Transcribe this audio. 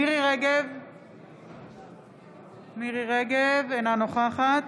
מירי מרים רגב, אינה נוכחת